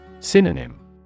Synonym